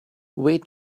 wait